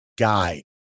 Guy